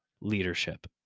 leadership